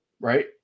right